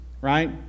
right